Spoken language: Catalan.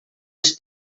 els